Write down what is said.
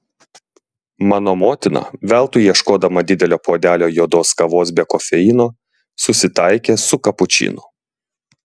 mano motina veltui ieškodama didelio puodelio juodos kavos be kofeino susitaikė su kapučinu